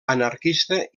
anarquista